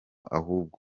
ahubwo